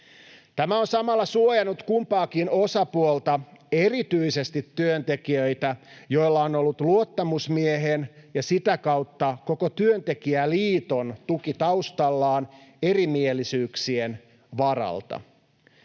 Tämä on samalla suojannut kumpaakin osapuolta — erityisesti työntekijöitä, joilla on ollut luottamusmiehen ja sitä kautta koko työntekijäliiton tuki taustallaan erimielisyyksien varalta.